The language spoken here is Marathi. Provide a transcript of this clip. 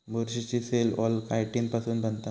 बुरशीची सेल वॉल कायटिन पासुन बनता